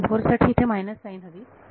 तर साठी इथे मायनस साईन हवी